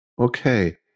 Okay